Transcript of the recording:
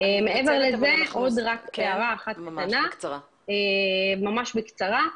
מעבר לזה, עוד הערה ממש בקצרה.